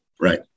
Right